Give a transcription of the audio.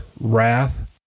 wrath